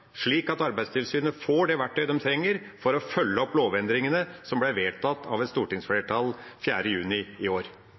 slik at Arbeidstilsynet får det verktøyet de trenger for å følge opp lovendringene som ble vedtatt av et